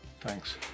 Thanks